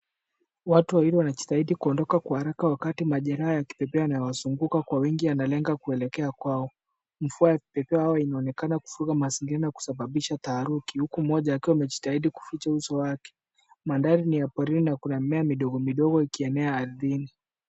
Watu wawili wanajitahidi kuondoka kwa haraka wakati majeraha ya kipekee yanayowazunguka kwa wingi yanalenga kuelekea kwao. Mvua ya kipekee inaonekana kufunga mazingira na kusababisha taharuki huku mmoja akiwa amejitahidi kuficha uso wake. Mandhari ni ya porini na kuna mimea midogo midogo ikieenea ardhini.